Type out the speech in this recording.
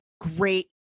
great